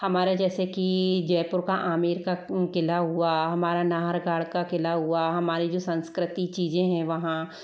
हमारा जैसे की जयपुर का आमेर का किला हुआ हमारा नाहरगढ़ का किला हुआ हमारी जो संस्कृती चीज़ें है वहाँ